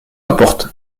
importe